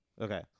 Okay